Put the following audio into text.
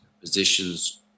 positions